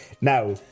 Now